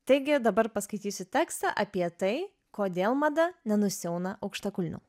taigi dabar paskaitysiu tekstą apie tai kodėl mada nenusiauna aukštakulnių